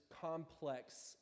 complex